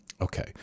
okay